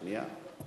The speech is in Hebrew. שנייה.